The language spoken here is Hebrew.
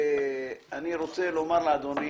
הראל שליסל,